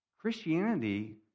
Christianity